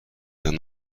d’un